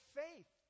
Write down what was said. faith